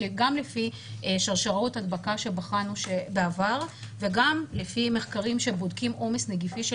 גם לפי שרשראות הדבקה שבחנו בעבר וגם לפי מחקרים שבודקים עומס נגיפי של